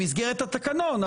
במסגרת התקנון,